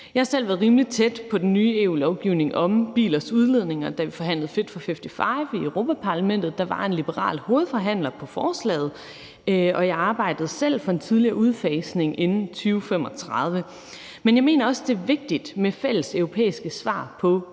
Jeg har selv været rimelig tæt på en ny EU-lovgivning om bilers udledning, da vi forhandlede »Fit for 55« i Europa-Parlamentet. Der var en liberal hovedforhandler på forslaget, og jeg arbejdede selv for en tidligere udfasning inden 2035. Men jeg mener også, at det er vigtigt med fælleseuropæiske svar på